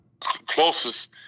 Closest